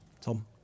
Tom